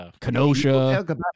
Kenosha